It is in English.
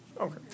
Okay